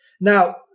Now